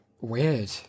Weird